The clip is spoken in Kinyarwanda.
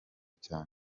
cyane